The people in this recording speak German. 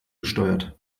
besteuert